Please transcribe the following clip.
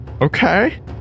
Okay